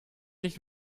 nicht